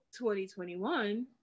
2021